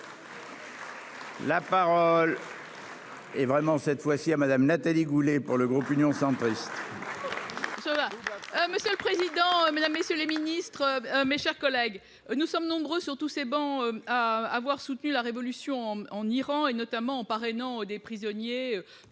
La parole est à Mme Nathalie Goulet, pour le groupe Union Centriste. Monsieur le président, mesdames, messieurs les ministres, mes chers collègues, nous sommes nombreux sur toutes les travées à avoir soutenu la révolution en Iran, notamment en parrainant des prisonniers